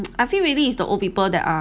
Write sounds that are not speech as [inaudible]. [noise] I feel really is the old people that are